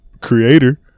creator